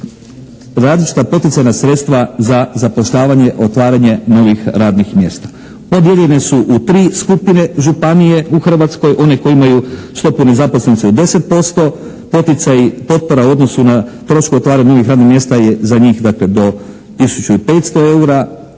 različita poticajna sredstva za zapošljavanje, otvaranje novih radnih mjesta. Podijeljene su u tri skupine županije u Hrvatskoj, one koje imaju stopu nezaposlenosti od 10%, poticaji potpora u odnosu na troškove otvaranja novih radnih mjesta je za njih dakle